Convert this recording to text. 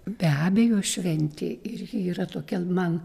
be abejo šventė ir ji yra tokia man